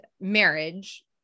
marriage